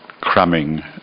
cramming